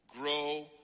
grow